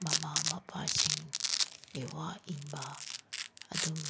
ꯃꯃꯥ ꯃꯄꯥꯁꯤꯡꯒꯤ ꯋꯥ ꯏꯟꯕ ꯑꯗꯨꯝ